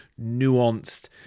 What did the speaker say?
nuanced